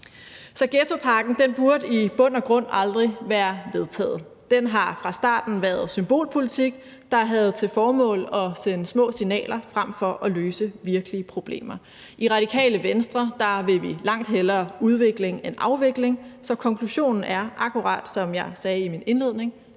Så ghettopakken burde i bund og grund aldrig have været vedtaget. Den har fra starten været symbolpolitik, der havde til formål at sende små signaler frem for at løse virkelige problemer. I Radikale Venstre vil vi langt hellere udvikling end afvikling. Så konklusionen er akkurat, som jeg sagde i min indledning: